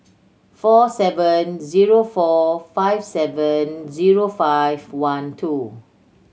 four seven zero four five seven zero five one two